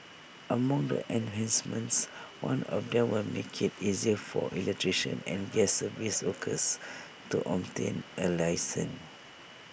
among the enhancements one of them would make IT easier for electricians and gas service workers to obtain A licence